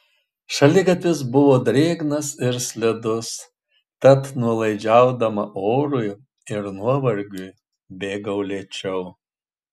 šaligatvis buvo drėgnas ir slidus tad nuolaidžiaudama orui ir nuovargiui bėgau lėčiau